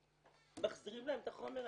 מחזירים להם את החומר,